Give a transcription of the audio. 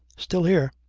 still here.